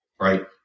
right